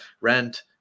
rent